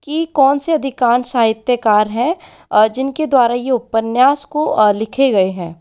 की कौन से अधिकांश साहित्यकार हैं जिनके द्वारा ये उपन्यास को लिखे गए हैं